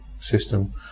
system